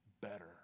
better